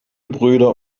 brüder